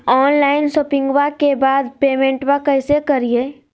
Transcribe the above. Online शोपिंग्बा के बाद पेमेंटबा कैसे करीय?